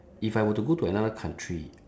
if I were to go to another country